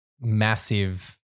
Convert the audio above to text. massive